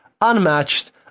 Unmatched